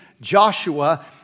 Joshua